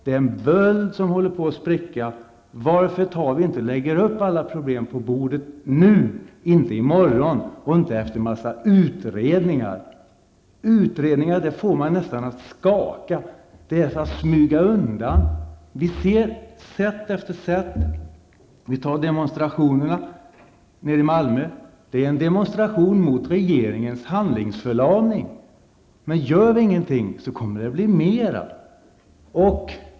Det är en böld som håller på att spricka. Vi bör lägga fram alla problem på bordet nu -- inte i morgon, och inte efter en massa utredningar. Talet om utredningar får mig nästan att skaka. Det är som att smyga undan. Vi kan ta demonstrationerna nere i Malmö. Det är demonstrationer mot regeringens handlingsförlamning. Gör vi ingenting, kommer det att bli mer.